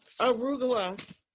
Arugula